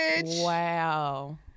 wow